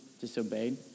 disobeyed